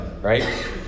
right